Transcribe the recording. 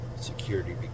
security